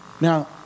Now